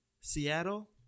Seattle